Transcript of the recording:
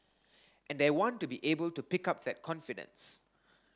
and I want to be able to pick up that confidence